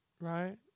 Right